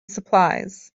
supplies